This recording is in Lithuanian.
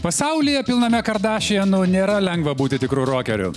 pasaulyje pilname kardašianų nėra lengva būti tikru rokeriu